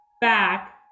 back